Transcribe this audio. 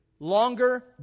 longer